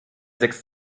sechs